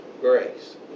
grace